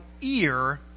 ear